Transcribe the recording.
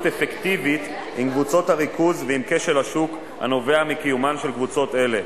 אפקטיבית עם קבוצות הריכוז ועם כשל השוק הנובע מקיומן של קבוצות אלה.